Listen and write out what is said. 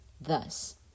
thus